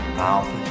mouth